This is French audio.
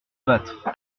battre